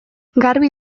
garbi